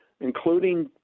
including